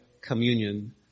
communion